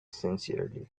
sincerely